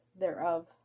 thereof